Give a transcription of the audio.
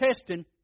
testing